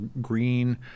Green